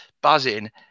buzzing